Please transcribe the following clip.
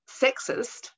sexist